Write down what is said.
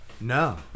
no